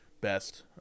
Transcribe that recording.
best